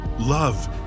Love